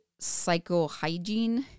Psychohygiene